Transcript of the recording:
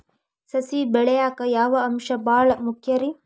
ಸಸಿ ಬೆಳೆಯಾಕ್ ಯಾವ ಅಂಶ ಭಾಳ ಮುಖ್ಯ ರೇ?